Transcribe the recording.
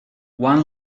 one